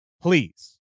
Please